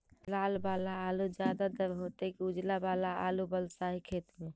लाल वाला आलू ज्यादा दर होतै कि उजला वाला आलू बालुसाही खेत में?